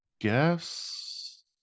guess